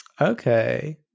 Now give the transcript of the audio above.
Okay